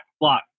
block